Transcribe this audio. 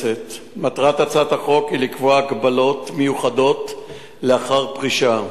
הצעת חוק שירות הציבור (הגבלות לאחר פרישה)